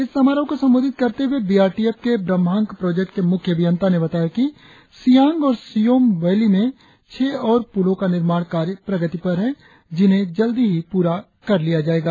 इस समारोह को संबोधित करते हुए बी आर टी एफ के ब्रह्मांक प्रोजेक्ट के मुख्य अभियंता ने बताया कि सियांग और सियोम वैली में छह और पुलों का निर्माण कार्य प्रगति पर है जिन्हें जल्दी ही पूरा कर लिया जायेगा